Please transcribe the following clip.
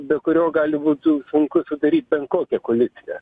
be kurio gali būtų sunku sudaryt bent kokią koaliciją